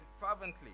fervently